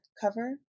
cover